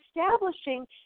establishing